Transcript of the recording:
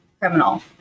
criminal